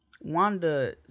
Wanda